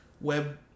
web